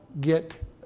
get